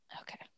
Okay